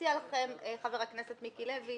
מציע לכם חבר הכנסת מיקי לוי